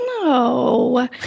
No